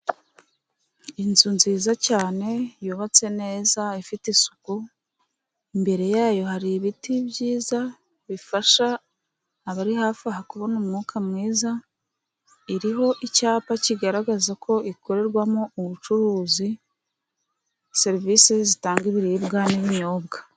Inzu nziza cyane yubatse neza, ifite isuku imbere yayo hari ibiti byiza bifasha abari hafi aha kubona umwuka mwiza, iriho icyapa kigaragaza ko ikorerwamo ubucuruzi, serivisi zitanga ibiribwa n'ibinyobwa.